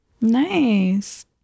Nice